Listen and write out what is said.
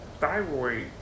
Thyroid